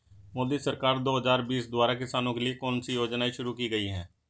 मोदी सरकार दो हज़ार बीस द्वारा किसानों के लिए कौन सी योजनाएं शुरू की गई हैं?